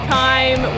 time